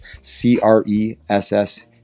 c-r-e-s-s